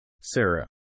Sarah